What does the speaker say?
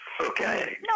Okay